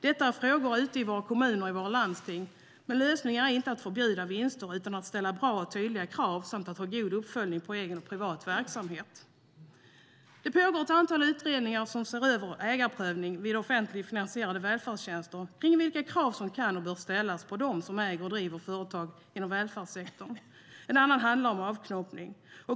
Detta är frågor ute i våra kommuner och landsting, men lösningen är inte att förbjuda vinster utan att ställa bra och tydliga krav samt att ha god uppföljning på egen och privat verksamhet. Det pågår ett antal utredningar som ser över ägarprövning vid offentligt finansierade välfärdstjänster och vilka krav som kan och bör ställas på dem som äger och driver företag inom välfärdssektorn. En annan handlar om avknoppning.